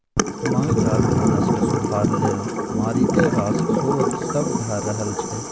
माल जालक नस्ल सुधार लेल मारिते रास शोध सब भ रहल छै